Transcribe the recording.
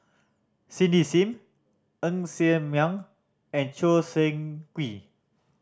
Cindy Sim Ng Ser Miang and Choo Seng Quee